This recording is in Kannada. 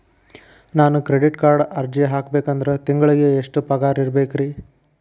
ನಾನು ಕ್ರೆಡಿಟ್ ಕಾರ್ಡ್ಗೆ ಅರ್ಜಿ ಹಾಕ್ಬೇಕಂದ್ರ ತಿಂಗಳಿಗೆ ಎಷ್ಟ ಪಗಾರ್ ಇರ್ಬೆಕ್ರಿ?